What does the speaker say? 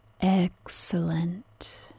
Excellent